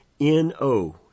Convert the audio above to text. N-O